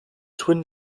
twin